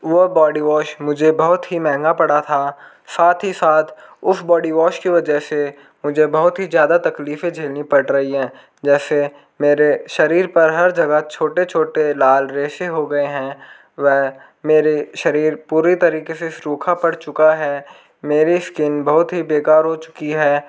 वो body wash मुझे बहुत ही महंगा पड़ा था साथ ही साथ उस बॉडी वॉश की वजह से मुझे बहुत ही ज़्यादा तकलीफें झेलनी पड़ रही हैं जैसे मेरे शरीर पर हर जगह छोटे छोटे लाल रेशे हो गए हैं व मेरे शरीर पूरी तरीक़े से सूखा पड़ चुका है मेरी स्किन बहुत ही बेकार हो चुकी है